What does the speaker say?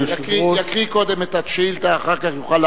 יקריא קודם את השאילתא ואחר כך יוכל,